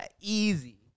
Easy